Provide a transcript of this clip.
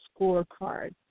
scorecard